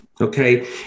okay